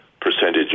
percentage